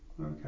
Okay